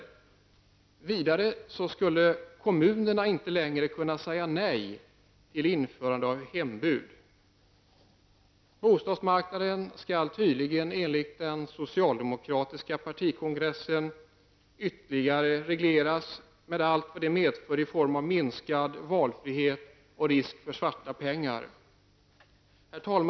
Kommunerna skall inte heller längre kunna säga nej till införande av hembud. Bostadsmarknaden skall tydligen enligt den socialdemokratiska partikongressen ytterligare regleras med allt vad det medför i form av minskad valfrihet och risk för svarta pengar. Herr talman!